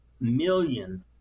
million